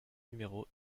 numéro